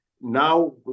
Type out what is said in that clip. now